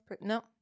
no